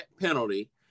penalty